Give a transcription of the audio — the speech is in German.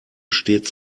stets